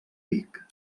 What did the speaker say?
vic